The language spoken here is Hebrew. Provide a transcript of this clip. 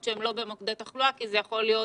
שהם לא מוקדי תחלואה כי זה יכול להיות